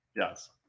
Yes